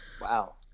Wow